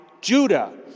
Judah